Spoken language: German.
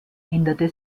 änderte